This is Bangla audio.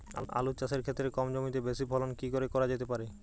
আলু চাষের ক্ষেত্রে কম জমিতে বেশি ফলন কি করে করা যেতে পারে?